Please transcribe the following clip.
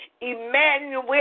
Emmanuel